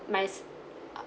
my uh